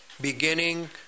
beginning